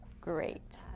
great